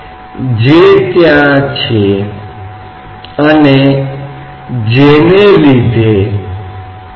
तो ये वे बल हैं जो द्रव तत्व पर कार्य कर रहे हैं